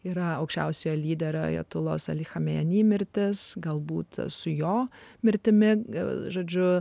yra aukščiausiojo lyderio ajatulos alichameni mirtis galbūt su jo mirtimi gal žodžiu